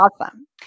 Awesome